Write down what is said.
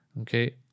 Okay